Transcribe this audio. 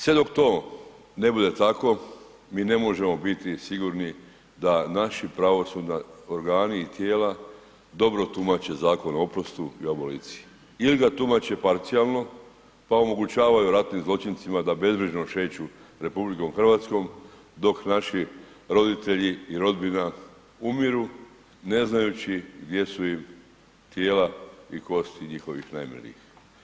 Sve dok to ne bude tako mi ne možemo biti sigurni da naši pravosudni organi i tijela dobro tumače Zakon o oprostu i aboliciji ili ga tumače parcijalno pa omogućavaju ratnim zločincima da bezbrižno šeću RH dok naši roditelji i rodbina umiru ne znajući gdje su im tijela i kosti njihovih najmilijih.